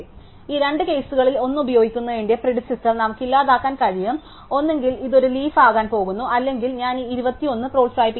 അതിനാൽ ഈ രണ്ട് കേസുകളിൽ ഒന്ന് ഉപയോഗിക്കുന്നതിന്റെ പ്രിഡിസെസാർ നമുക്ക് ഇല്ലാതാക്കാൻ കഴിയും ഒന്നുകിൽ ഇത് ഒരു ലീഫ് ആകാൻ പോകുന്നു അല്ലെങ്കിൽ ഞാൻ ഈ 21 പ്രോത്സാഹിപ്പിക്കാൻ പോകുന്നു